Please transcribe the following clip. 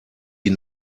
die